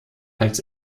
als